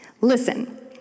Listen